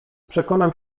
przekonam